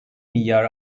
milyar